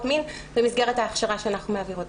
מין במסגרת ההכשרה שאנחנו מעבירות.